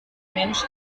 mensch